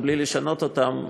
בלי לשנות אותם,